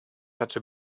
hatte